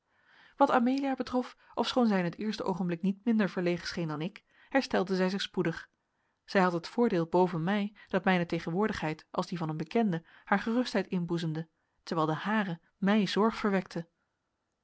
wat amelia betrof ofschoon zij in het eerste oogenblik niet minder verlegen scheen dan ik herstelde zij zich spoedig zij had het voordeel boven mij dat mijne tegenwoordigheid als die van een bekende haar gerustheid inboezemde terwijl de hare mij zorg verwekte